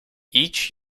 each